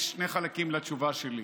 שיש שני חלקים לתשובה שלי,